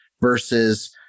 versus